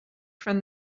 from